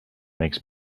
makes